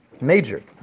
major